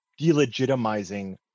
delegitimizing